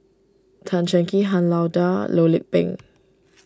Tan Cheng Kee Han Lao Da Loh Lik Peng